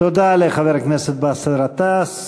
תודה לחבר הכנסת באסל גטאס.